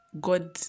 God